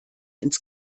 ins